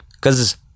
Cause